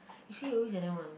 you see you always like that one